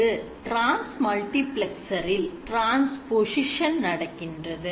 இங்கு transmultiplexer இல் transposition நடக்கின்றது